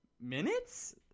minutes